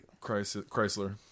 Chrysler